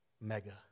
mega